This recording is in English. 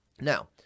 Now